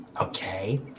Okay